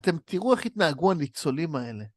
אתם תראו איך התנהגו הניצולים האלה.